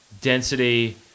density